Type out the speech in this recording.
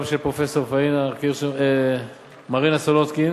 גם של פרופסור מרינה סולודקין